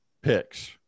picks